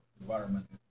environment